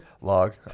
Log